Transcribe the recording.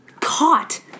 caught